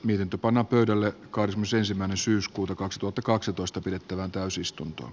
miten tapana pöydälle cosmos ensimmäinen syyskuuta kaksituhattakaksitoista pidettävään täysistunto